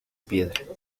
piedra